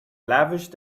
lavish